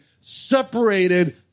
separated